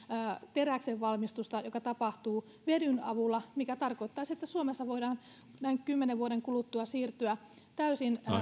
teräksenvalmistusta joka tapahtuu vedyn avulla mikä tarkoittaisi että suomessa voidaan noin kymmenen vuoden kuluttua siirtyä täysin